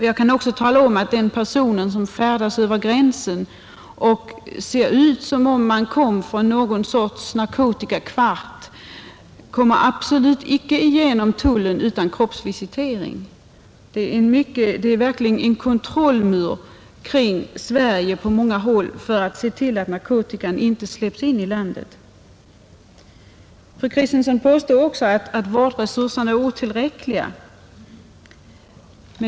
Jag kan också tala om att en person som färdas över gränsen och ser ut som om han kommer från någon sorts narkotikakvart absolut inte slipper igenom tullen utan kroppsvisitering. Det finns verkligen en kontrollmur kring Sverige på många håll, som skall hindra att narkotikan släpps in i landet. Fru Kristensson påstår vidare att vårdresurserna är otillräckliga.